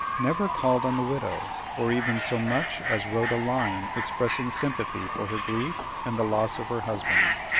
never called on the widow, or even so much as wrote a line expressing sympathy for her grief and the loss of her husband.